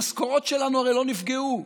המשכורות שלנו הרי לא נפגעו,